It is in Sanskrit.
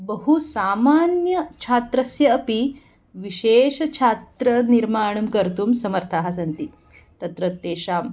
बहु सामान्यछात्रस्य अपि विशेषच्छात्रनिर्माणं कर्तुं समर्थाः सन्ति तत्र तेषाम्